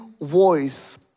voice